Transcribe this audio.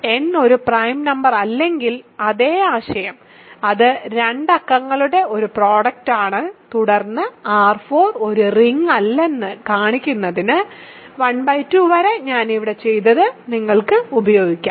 n ഒരു prime നമ്പറല്ലെങ്കിൽ അതേ ആശയം അത് 2 അക്കങ്ങളുടെ ഒരു പ്രോഡക്റ്റാണ് തുടർന്ന് Rn ഒരു റിങ് അല്ലെന്ന് കാണിക്കുന്നതിന് ½ വരെ ഞാൻ ഇവിടെ ചെയ്തത് നിങ്ങൾക്ക് ഉപയോഗിക്കാം